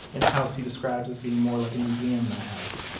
in a house he describes as being more like a museum than a house.